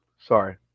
Sorry